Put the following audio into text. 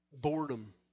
Boredom